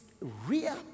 real